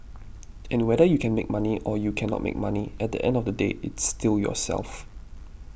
and whether you can make money or you can not make money at the end of the day it's still yourself